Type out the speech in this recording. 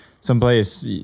someplace